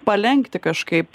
palenkti kažkaip